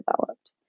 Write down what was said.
developed